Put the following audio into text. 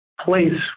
Place